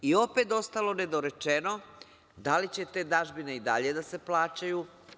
I opet ostalo nedorečeno da li će te dažbine i dalje da se plaćaju.